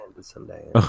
someday